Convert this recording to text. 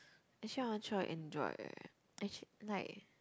actually I want to try Android eh actu~ like